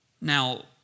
Now